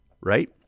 right